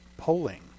Polling